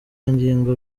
ngingo